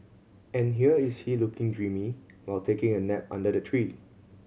and here is he looking dreamy while taking a nap under the tree